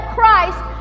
Christ